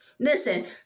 Listen